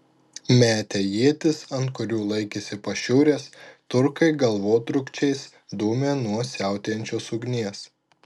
metę ietis ant kurių laikėsi pašiūrės turkai galvotrūkčiais dūmė nuo siautėjančios ugnies